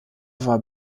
war